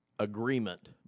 Agreement